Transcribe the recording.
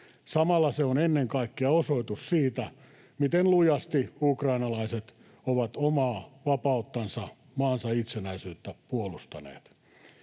Samalla se on ennen kaikkea osoitus siitä, miten lujasti ukrainalaiset ovat omaa vapauttansa, maansa itsenäisyyttä puolustaneet.